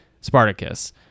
Spartacus